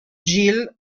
gil